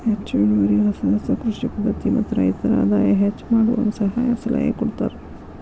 ಹೆಚ್ಚು ಇಳುವರಿ ಹೊಸ ಹೊಸ ಕೃಷಿ ಪದ್ಧತಿ ಮತ್ತ ರೈತರ ಆದಾಯ ಹೆಚ್ಚ ಮಾಡುವಂಗ ಸಹಾಯ ಸಲಹೆ ಕೊಡತಾರ